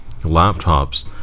laptops